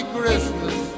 Christmas ¶